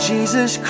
Jesus